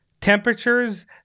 temperatures